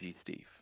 Steve